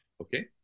Okay